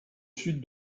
sud